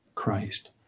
Christ